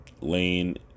Lane